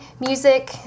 music